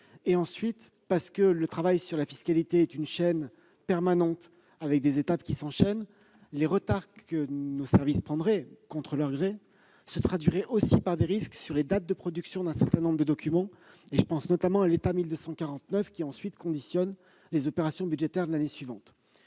Enfin, le travail sur la fiscalité est une chaîne continue, avec des étapes qui se succèdent : les retards que nos services prendraient contre leur gré engendreraient des risques sur les dates de production d'un certain nombre de documents ; je pense notamment à l'état 1259, qui conditionne les opérations budgétaires de l'année suivante.